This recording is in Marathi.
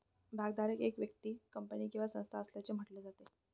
भागधारक एक व्यक्ती, कंपनी किंवा संस्था असल्याचे म्हटले जाते